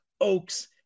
Oaks